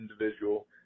individual